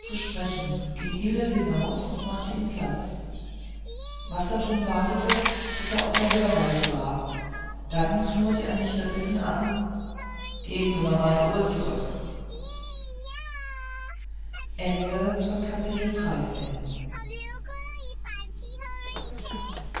zu sprechen ging hillel hinaus und machte ihm platz wassertrum wartete bis er außer hörweite war dann knurrte er mich verbissen an geben se mer meine uhr zorück